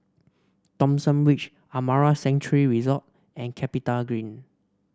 Thomson Ridge Amara Sanctuary Resort and CapitaGreen